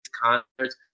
concerts